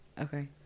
Okay